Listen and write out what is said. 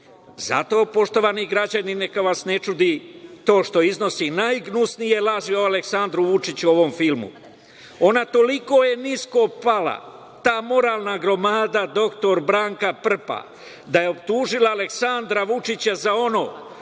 poštovani građani neka vas ne čudi to što iznosi najgnusnije laži o Aleksandru Vučiću, u ovom filmu. Ona je toliko nisko pala, ta moralna gromada, dr Branka Prpar, da je optužila Aleksandra Vučića za ono